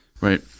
Right